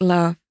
Love